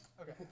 Okay